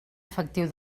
efectiu